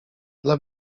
dla